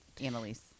Annalise